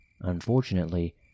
Unfortunately